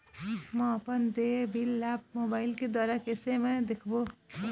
म अपन देय बिल ला मोबाइल के द्वारा कैसे म देखबो?